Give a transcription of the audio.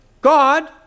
God